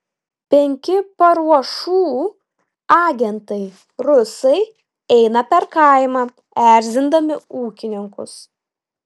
penki paruošų agentai rusai eina per kaimą erzindami ūkininkus